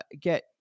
get